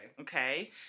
Okay